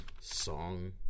song